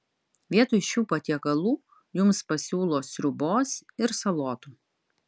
vietoj šių patiekalų jums pasiūlo sriubos ir salotų